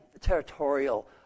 territorial